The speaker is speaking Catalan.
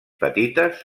petites